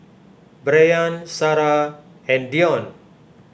Brayan Sara and Deon